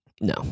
No